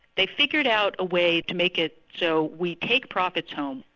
they figured out a way to make it so we take profits home.